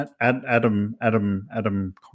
Adam